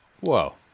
Whoa